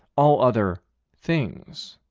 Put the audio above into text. all other things